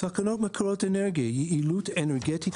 תקנות מקורות אנרגיה (יעילות אנרגטית